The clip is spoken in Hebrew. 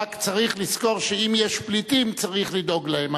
רק צריך לזכור שאם יש פליטים, צריך לדאוג להם.